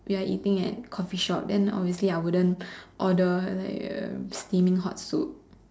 we're eating at coffee shop then obviously I wouldn't order like a steaming hot soup